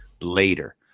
later